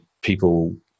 people